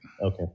Okay